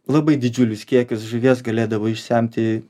labai didžiulius kiekius žuvies galėdavo išsemti